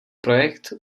projekt